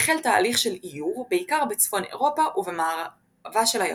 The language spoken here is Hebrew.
החל תהליך של עיור בעיקר בצפון אירופה ובמערבה של היבשת.